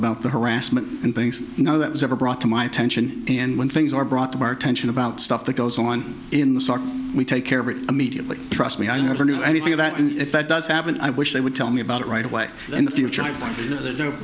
about the harassment and things you know that was never brought to my attention and when things are brought to bear attention about stuff that goes on in the start we take care of it immediately trust me i never knew anything of that and if that does happen i wish they would tell me about it right away in the future